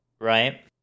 right